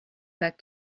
back